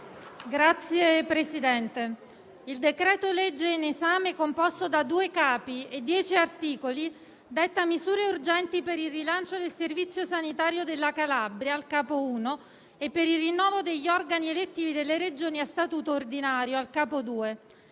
il decreto-legge in esame, composto da due capi e da dieci articoli, detta misure urgenti per il rilancio del servizio sanitario della Regione Calabria (capo I) e per il rinnovo degli organi elettivi delle Regioni a statuto ordinario (capo